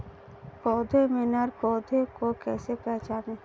पौधों में नर पौधे को कैसे पहचानें?